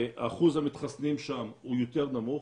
אחוז המתחסנים שם יותר נמוך,